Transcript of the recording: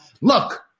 look